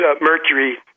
mercury